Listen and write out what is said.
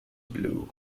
blue